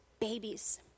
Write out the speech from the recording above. babies